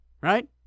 right